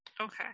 Okay